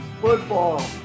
Football